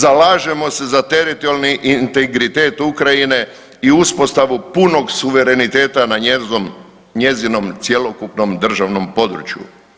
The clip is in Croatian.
Zalažemo se za teritorijalni integritet Ukrajine i uspostavu punog suvereniteta na njezinom cjelokupnom državnom području.